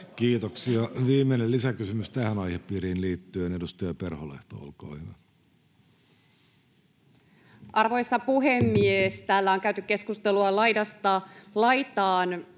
Kiitoksia. — Viimeinen lisäkysymys tähän aihepiiriin liittyen, edustaja Perholehto, olkaa hyvä. Arvoisa puhemies! Täällä on käyty keskustelua laidasta laitaan.